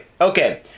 Okay